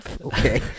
Okay